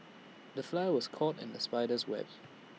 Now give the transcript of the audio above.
the fly was caught in the spider's web